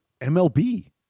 MLB